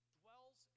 dwells